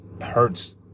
hurts